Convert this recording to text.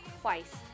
twice